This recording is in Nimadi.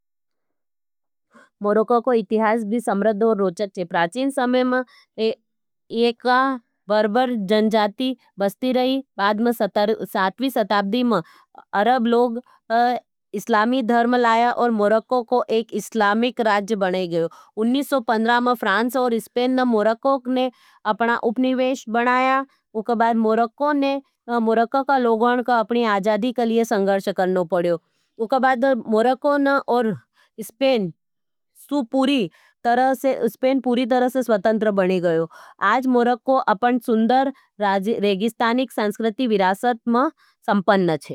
मोरक्को को इतिहास भी समृद्ध और रोचक छे। प्राचीन समय में एक बरबर जनजाती बसती रही, बाद में सातवी शताब्दी में अरब लोग इस्लामी धर्म लाया और मोरक्को को एक इस्लामिक राज बन गयो। उन्नीस सौ पंद्रह में फ्रांस और इस्पेन मोरक्को को आपना उपनिवेश बनाया। उ का बाद मोरक्को का लोगों का आपनी आजादी के लिये संघर्ष करना पड़ीयो। उ के बाद मोरक्को और ईसपेन इस्पेन पूरी तरसे स्वतंत्र बनी गयो। आज मोरक्को अपने सुन्दर रेगिस्तानिक संस्कृति व।